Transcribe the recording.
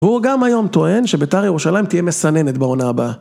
והוא גם היום טוען שבית"ר ירושלים תהיה מסננת בעונה הבאה.